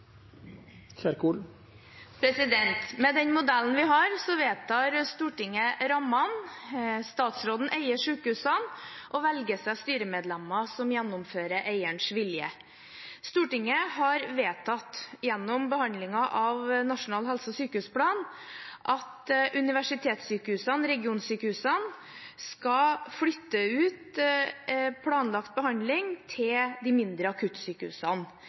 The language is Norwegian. replikkordskifte. Med den modellen vi har, vedtar Stortinget rammene, mens statsråden eier sykehusene og velger seg styremedlemmer som gjennomfører eierens vilje. Stortinget har gjennom behandlingen av Nasjonal helse- og sykehusplan vedtatt at universitetssykehusene/regionsykehusene skal flytte ut planlagt behandling til de mindre akuttsykehusene.